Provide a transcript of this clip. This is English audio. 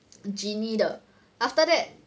genie 的 after that